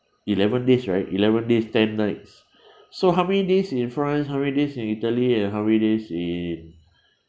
eleven days right eleven days ten nights so how many days in france how many days in italy and how many days in